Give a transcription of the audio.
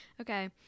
Okay